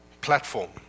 platform